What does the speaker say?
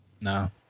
no